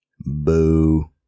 Boo